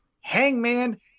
Hangman